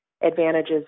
advantages